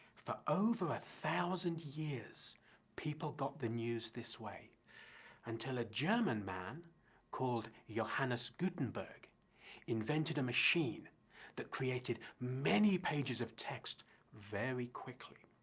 for over a thousand years people got the news this way until a german man called johannes gutenberg invented a machine that created many pages of text very quickly.